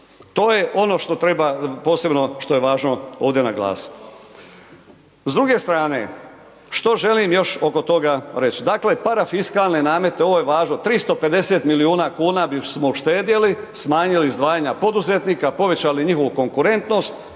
To je ono što treba posebno što je važno ovdje naglasiti. S druge strane, što želim još oko toga reć? Dakle, parafiskalne namete, ovo je važno, 350 milijuna kuna bismo uštedjeli, smanjili izdvajanja poduzetnika, povećali njihovu konkurentnost